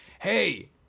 hey